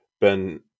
Ben